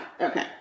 Okay